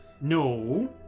No